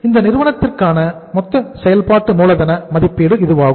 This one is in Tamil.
இந்த நிறுவனத்திற்கான மொத்த செயல்பாட்டு மூலதன மதிப்பீடு இதுவாகும்